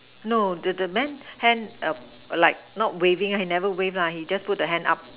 no the the man hand err like not waving he never wave lah he just put the hand up